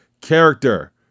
character